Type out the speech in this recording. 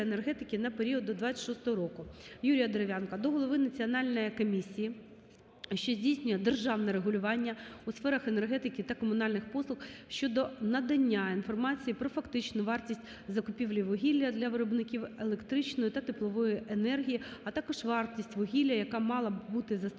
Юрія Дерев'янка до голови Національної комісії, що здійснює державне регулювання у сферах енергетики та комунальних послуг щодо надання інформації про фактичну вартість закупівлі вугілля для виробників електричної та теплової енергії, а також вартість вугілля, яка мала бути застосована